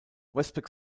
westpac